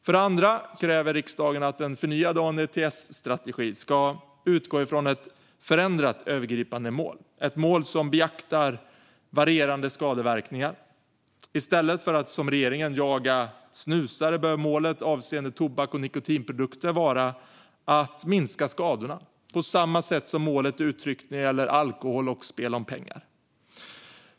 För det andra kräver riksdagen att en förnyad ANDTS-strategi ska utgå från ett förändrat övergripande mål, ett mål som beaktar varierande skadeverkningar. I stället för att som regeringen jaga snusare bör målet avseende tobaks och nikotinprodukter vara att minska skadorna på samma sätt som målet är uttryckt när det gäller alkohol och spel om pengar.